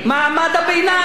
השכבות החלשות.